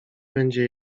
będzie